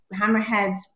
hammerheads